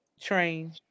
train